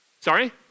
Sorry